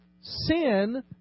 Sin